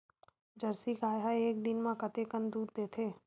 Jersey गाय ह एक दिन म कतेकन दूध देथे?